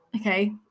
okay